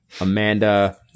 Amanda